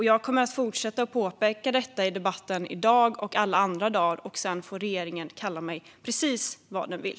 Jag kommer att fortsätta att påpeka detta i debatten i dag och alla andra dagar, och sedan får regeringen kalla mig för precis vad den vill.